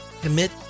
commit